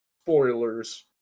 spoilers